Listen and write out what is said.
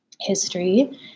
history